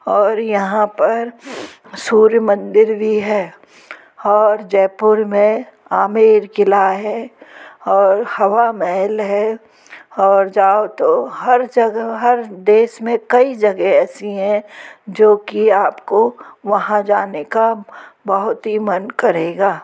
और यहाँ पर सूर्य मंदिर भी है और जयपुर में आमेर किला है और हवा महल है और जाओ तो हर जगह हर देश में कई जगह ऐसी हैं जो कि आपको वहाँ जाने का बहुत ही मन करेगा